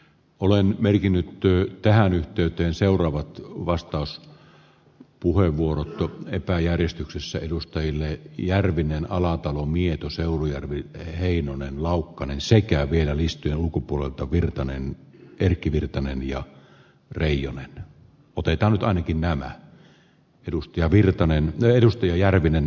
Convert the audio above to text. olen merkinnyt työ tähän yhteyteen seuraavat vastasi puheenvuorot epäjärjestyksessä edustajille järvinen alatalo mieto seurujärvi kari heinonen laukkanen sekä vielä listojen ulkopuolelta virtanen erkki ilmastopolitiikkaa ja reijonen potee tältä ainakin nämä niihin paukkuja varmasti löytyy